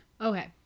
Okay